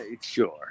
sure